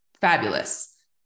fabulous